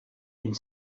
une